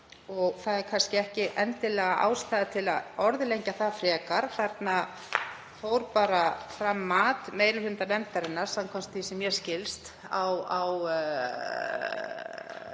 og það er kannski ekki endilega ástæða til að orðlengja það frekar. Þarna fór bara fram mat meiri hluta nefndarinnar, samkvæmt því sem mér skilst, á